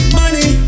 money